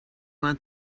want